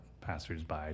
passersby